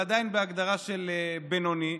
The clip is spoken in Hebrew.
זה עדיין בהגדרה של בינוני.